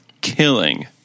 killing